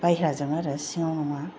बायहेराजों आरो सिङाव नङा